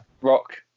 rock